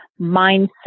mindset